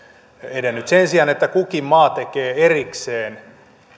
edennyt sen sijaan että kukin maa tekee erikseen